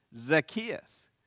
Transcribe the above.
Zacchaeus